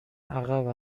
عقب